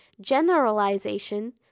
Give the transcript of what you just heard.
generalization